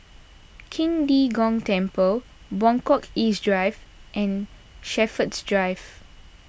Qing De Gong Temple Buangkok East Drive and Shepherds Drive